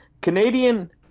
Canadian